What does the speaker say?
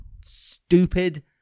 stupid